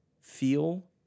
feel